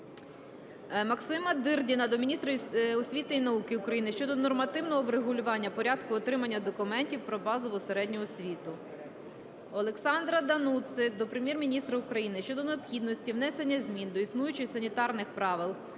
Максима Дирдіна до міністра освіти і науки України щодо нормативного врегулювання порядку отримання документів про базову середню освіту. Олександра Дануци до Прем'єр-міністра України щодо необхідності внесення змін до існуючих санітарних правил